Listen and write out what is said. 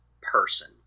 person